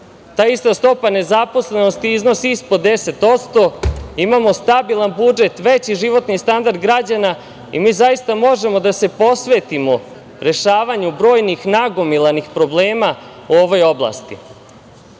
ta ista stopa nezaposlenosti iznosi ispod 10%, imao stabilan budžet, veći životni standard građana i mi zaista možemo da se posvetimo rešavanju brojnih nagomilanih problema u ovoj oblasti. Kada